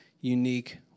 unique